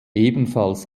ebenfalls